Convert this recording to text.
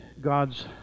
God's